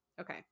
Okay